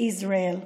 ולכל אזרחי ישראל: